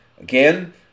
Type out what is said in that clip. Again